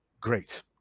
great